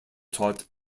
taught